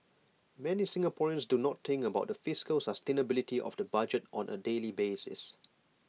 many Singaporeans do not think about the fiscal sustainability of the budget on A daily basis